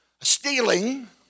Stealing